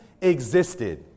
existed